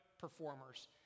performers